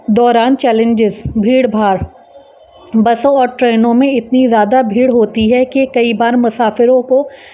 دوران چیلنجز بھیڑ بھاڑ بسوں اور ٹرینوں میں اتنی زیادہ بھیڑ ہوتی ہے کہ کئی بار مسافروں کو